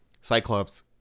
cyclops